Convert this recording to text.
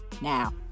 now